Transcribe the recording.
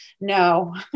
no